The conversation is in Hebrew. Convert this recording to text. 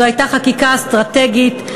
זו הייתה חקיקה אסטרטגית.